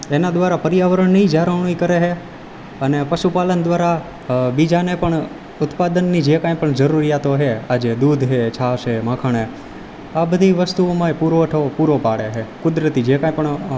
એના દ્વારા પર્યાવરણની જાળવણી કરે છે અને પશુપાલન દ્વારા બીજાને પણ ઉત્પાદનની જે કંઈપણ જરૂરીયાતો છે આજે દૂધ છે છાશ છે માખણ છે આ બધી વસ્તુઓમાંય પુરવઠો પૂરો પાડે છે કુદરતી જે કંઈપણ